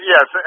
Yes